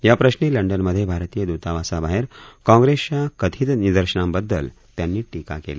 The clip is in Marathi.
याप्रश्नी लंडनमधे भारतीय दुतावासाबाहेर काँग्रेसच्या कथित निदर्शनांबददल त्यांनी टीका केली